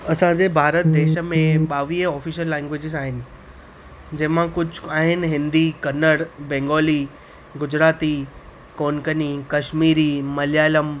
असां जे भारत देश में बावीह ऑफिशियल लैंग्वेजेस आहिनि जंहिं मां कुझु आहिनि हिंदी कन्नड़ बेंगाली गुजराती कोंकणी कश्मीरी मलयालम